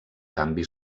canvi